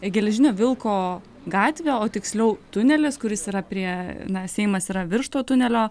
e geležinio vilko gatvė o tiksliau tunelis kuris yra prie na seimas yra virš to tunelio